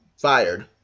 Fired